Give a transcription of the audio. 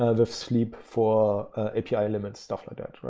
ah the sleep for api limits stuff like that.